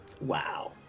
Wow